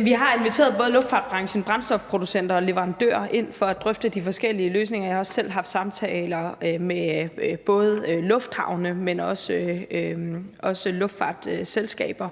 vi har inviteret både luftfartsbranchen, brændstofproducenter og leverandører ind for at drøfte de forskellige løsninger. Jeg har også selv haft samtaler med både lufthavne, men også luftfartsselskaber